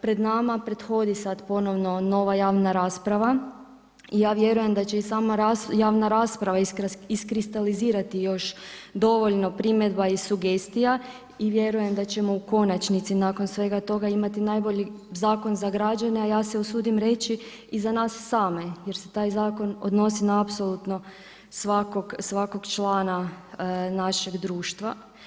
Pred nama prethodi sad ponovno nova javna rasprava i ja vjerujem da će i sama javna rasprava iskristalizirati dovoljno primjedba i sugestija i vjerujem da ćemo u konačnici nakon svega toga imati najbolji zakon za građane a ja se usudim reći i za nas same jer se taj zakon odnosi na apsolutnog svakog člana našeg društva.